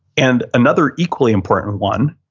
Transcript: and another equally important one,